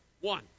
One